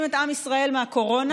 עמק נטופה,